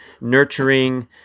nurturing